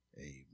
amen